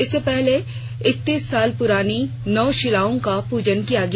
इससे पहले इक्कतीस साल पुरानी नौ शिलाओं का पूजन किया गया